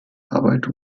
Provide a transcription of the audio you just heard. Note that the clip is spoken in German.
arbeit